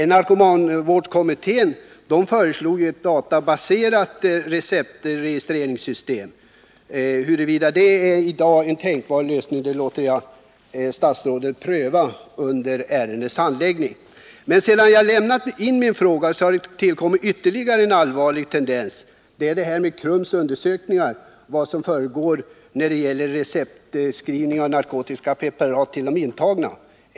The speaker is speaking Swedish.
Narkomanvårdskommittén föreslog ett databaserat registreringssystem. Huruvida ett sådant i dag är en tänkbar lösning låter jag statsrådet pröva under ärendets handläggning. Men sedan jag lämnat in min fråga har ytterligare en allvarlig tendens tillkommit. Det gäller Krums undersökningar av vad som sker när det gäller receptskrivningar av narkotiska preparat till de intagna.